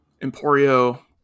Emporio